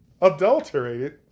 adulterated